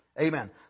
Amen